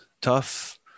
tough